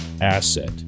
asset